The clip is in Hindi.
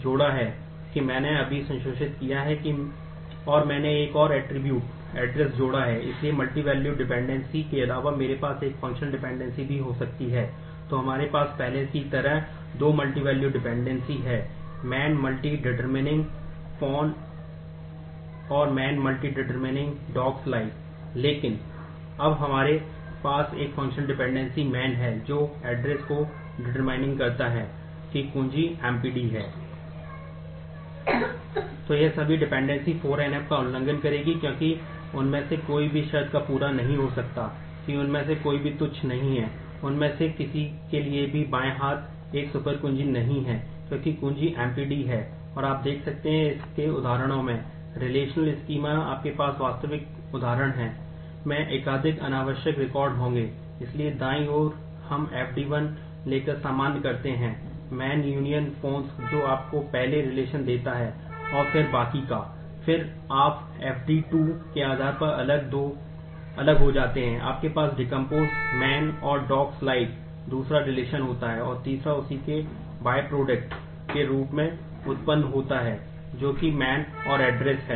तो ये सभी डिपेंडेंसीस के रूप में उत्पन्न होता है जो कि Man और Address है